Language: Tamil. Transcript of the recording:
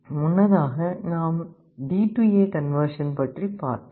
முன்னதாக நாம் டிஏ கன்வெர்ஷன் பற்றி பார்த்தோம்